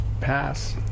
Pass